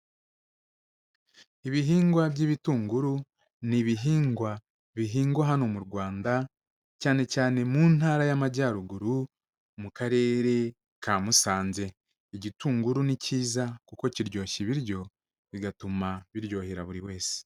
Ibihingwa by'ibitunguru ni ibihingwa bihingwa hano mu Rwanda cyane cyane mu ntara y'Amajyaruguru mu Karere ka Musanze, igitunguru ni cyiza kuko kiryoshya ibiryo bigatuma biryohera buri wese.